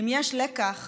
אם יש לקח